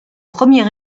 premier